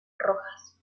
rojas